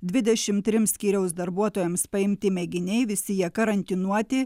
dvidešim trims skyriaus darbuotojams paimti mėginiai visi jie karantinuoti